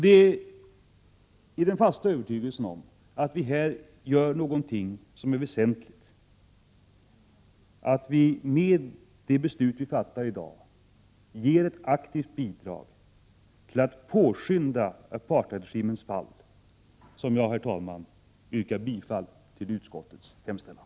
Det är i den fasta övertygelsen att vi nu gör någonting väsentligt, att vi med det beslut vi fattar i dag ger ett aktivt bidrag till att påskynda apartheidregimens fall som jag yrkar bifall till utskottets hemställan.